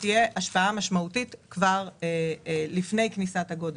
משמעותית לפני כניסת הגודש.